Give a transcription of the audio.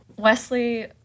Wesley